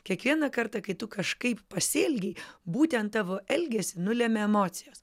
kiekvieną kartą kai tu kažkaip pasielgei būtent tavo elgesį nulemia emocijos